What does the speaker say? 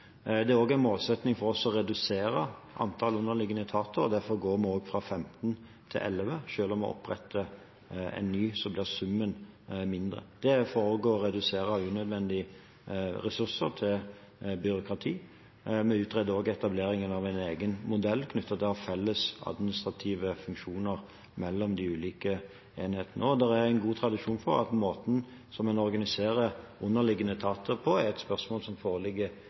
Det er også en målsetting for oss å redusere antall underliggende etater. Derfor går vi også fra 15 til 11. Selv om vi oppretter en ny, blir summen mindre. Det skjer også for å redusere unødvendige ressurser til byråkrati. Vi utreder også etableringen av en egen modell knyttet til å ha felles administrative funksjoner mellom de ulike enhetene. Det er en god tradisjon for at måten en organiserer underliggende etater på, er et ansvar som